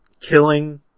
killing